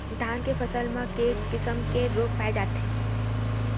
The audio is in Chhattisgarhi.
धान के फसल म के किसम के रोग पाय जाथे?